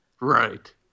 Right